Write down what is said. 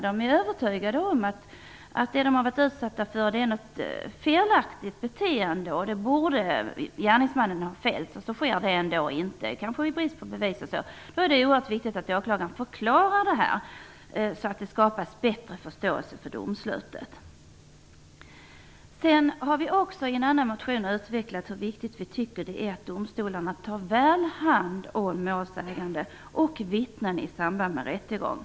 De är övertygade om att det de har varit utsatta för är ett felaktigt beteende och att gärningsmannen borde ha fällts, och så sker det inte, kanske i brist på bevis. Det är då oerhört viktigt att åklagaren förklarar detta så att det skapas bättre förståelse för domslutet. Vi har i en annan motion utvecklat hur viktigt vi tycker det är att domstolarna tar väl hand om målsägande och vittnen i samband med rättegång.